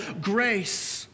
Grace